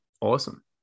Awesome